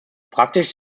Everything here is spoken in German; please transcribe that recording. praktisch